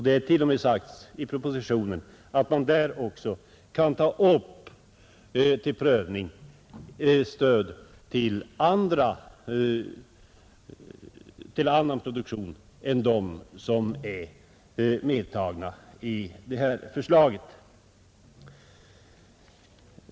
Det har t.o.m. sagts i propositionen att man därvid också kan ta upp till prövning stöd till annan produktion än som medtagits i detta förslag.